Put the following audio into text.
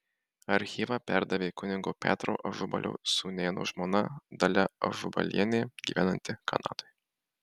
archyvą perdavė kunigo petro ažubalio sūnėno žmona dalia ažubalienė gyvenanti kanadoje